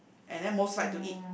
and then most like to eat